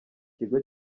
kigo